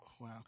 wow